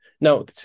No